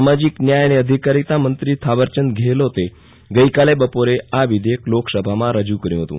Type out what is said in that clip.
સામાજિક ન્યાય અને અધિકારીતા મંત્રી થાવરચંદ ગેહલોતે આજે બપોરે આ વિધેયક લોકસભામાં રજૂ કર્યું હતું